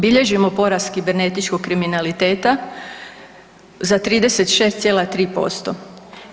Bilježimo porast kibernetičkog kriminaliteta za 36,3%